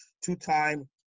two-time